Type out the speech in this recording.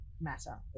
matter